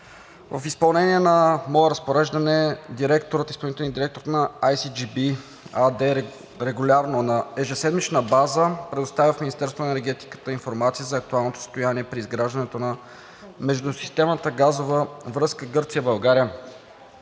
В изпълнение на мое разпореждане изпълнителният директор на „Ай Си Джи Би“ АД регулярно на ежеседмична база предоставя в Министерството на енергетиката информация за актуалното състояние при изграждането на междусистемната газова връзка Гърция – България,